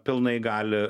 pilnai gali